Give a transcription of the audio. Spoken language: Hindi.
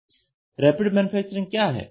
रैपिड मैन्युफैक्चरिंग क्या है